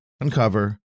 Uncover